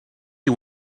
you